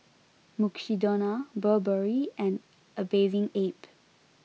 Mukshidonna Burberry and A Bathing Ape